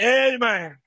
amen